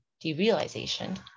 derealization